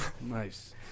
Nice